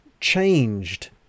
changed